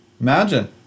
Imagine